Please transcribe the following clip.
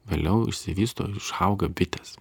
vėliau išsivysto išauga bitės